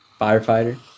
firefighter